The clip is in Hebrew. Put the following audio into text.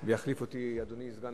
ויחליף אותי אדוני סגן